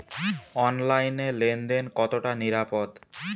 অনলাইনে লেন দেন কতটা নিরাপদ?